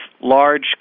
large